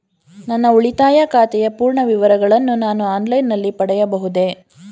ನನ್ನ ಉಳಿತಾಯ ಖಾತೆಯ ಪೂರ್ಣ ವಿವರಗಳನ್ನು ನಾನು ಆನ್ಲೈನ್ ನಲ್ಲಿ ಪಡೆಯಬಹುದೇ?